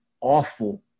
awful